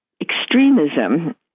extremism